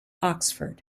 oxford